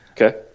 Okay